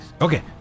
Okay